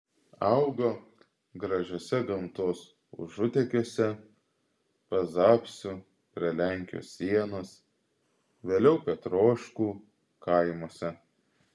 augo gražiuose gamtos užutekiuose pazapsių prie lenkijos sienos vėliau petroškų kaimuose